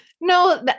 No